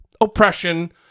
oppression